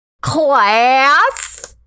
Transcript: Class